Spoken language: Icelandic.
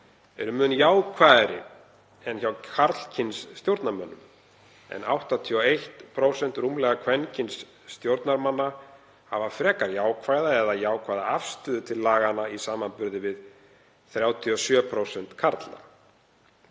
eru mun jákvæðari en hjá karlkyns stjórnarmönnum. Rúmlega 81% kvenkyns stjórnarmanna hafa frekar jákvæða eða jákvæða afstöðu til laganna í samanburði við 37% karla